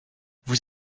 vous